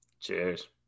Cheers